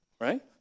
right